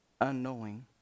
unknowing